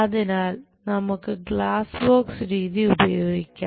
അതിനാൽ നമുക്ക് glass box രീതി ഉപയോഗിക്കാം